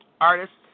artists